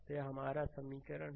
तो यह हमारा समीकरण है